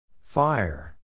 Fire